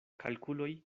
kalkuloj